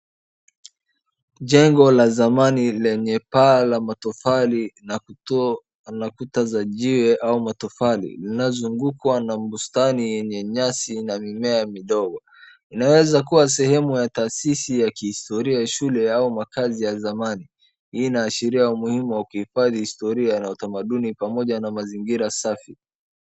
Jengo la zamani lenye paa la matofali na kuta za jiwe au matofali na inazungukwa na bustani yenye nyasi na mimea midogo. Inaweza kuwa ni sehemu ya taasisi ya kihistoria ya shule au maakazi ya zamani. Hii inaashiria umuhimu wa kuhifadhi historia na tamaduni pamoja na mazingira safi.